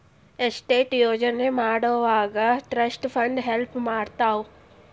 estate ಯೋಜನೆ ಮಾಡೊವಾಗ trust fund help ಮಾಡ್ತವಾ